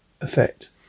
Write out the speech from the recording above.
effect